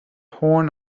horn